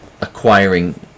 acquiring